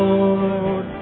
Lord